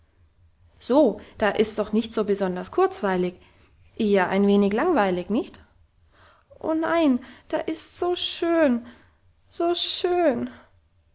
so da ist's doch nicht so besonders kurzweilig eher ein wenig langweilig nicht o nein da ist's so schön so schön